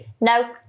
no